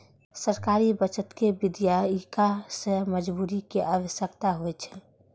सरकारी बजट कें विधायिका सं मंजूरी के आवश्यकता होइ छै